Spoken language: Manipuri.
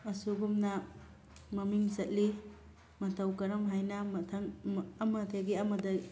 ꯑꯁꯨꯒꯨꯝꯅ ꯃꯃꯤꯡ ꯆꯠꯂꯤ ꯃꯇꯧ ꯀꯔꯝ ꯍꯥꯏꯅ ꯃꯊꯪ ꯑꯃꯗꯒꯤ ꯑꯃꯗ